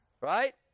Right